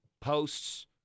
Posts